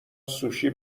سوشی